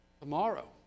tomorrow